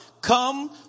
Come